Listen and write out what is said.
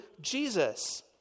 jesus